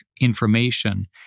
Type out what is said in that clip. information